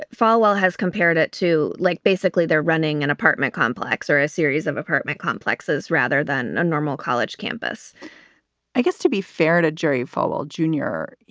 falwell has compared it to like basically they're running an apartment complex or a series of apartment complexes rather than a normal college campus i guess to be fair to jerry falwell, junior.